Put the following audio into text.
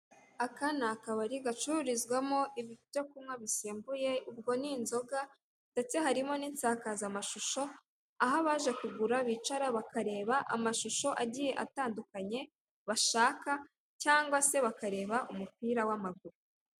Aka ni akabari gacururizwamo ibyo kunywa bisembuye, ubwo ni inzoga ndetse harimo n'insakazamashusho aho abaje kugura bicara bakareba amashusho agiye atandukanye bashaka cyangwa se bakareba umupira w'amaguru.